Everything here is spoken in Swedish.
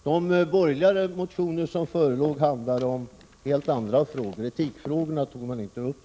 De borgerliga motioner som förelåg handlade om helt andra frågor. Etikfrågorna tog de inte upp.